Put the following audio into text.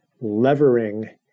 levering